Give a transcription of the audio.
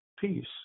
peace